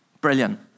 Brilliant